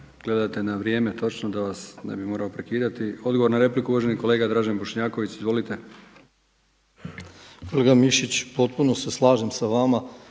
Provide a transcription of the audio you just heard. gledate na vrijeme točno da vas ne bi morao prekidati. Odgovor na repliku, uvaženi kolega Dražen Bošnjaković. Izvolite. **Bošnjaković, Dražen (HDZ)** Kolega Mišić, potpuno se slažem sa vama